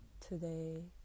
today